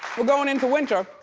we're going into winter.